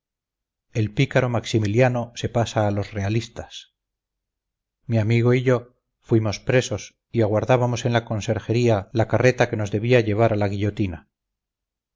el pícaro maximiliano se pasaba a los realistas mi amigo y yo fuimos presos y aguardábamos en la conserjería la carreta que nos debía llevar a la guillotina